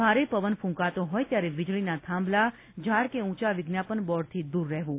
ભારે પવન ફૂંકાતો હોય ત્યારે વીજળીના થાંભલા ઝાડ કે ઉંચા વિજ્ઞાપન બોર્ડથી દૂર રહેવું